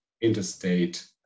interstate